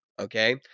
okay